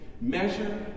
Measure